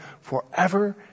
forever